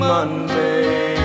Monday